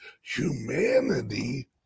humanity